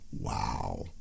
Wow